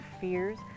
fears